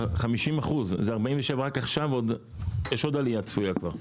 50%. זה 47% רק עכשיו ויש עוד עלייה צפויה כבר.